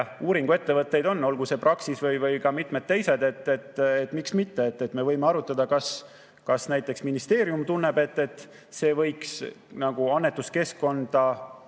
uuringuettevõtteid on, olgu see Praxis või mitmed teised. Miks mitte. Me võime arutada, kas näiteks ministeerium tunneb, et see võiks annetuskeskkonda